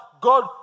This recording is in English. God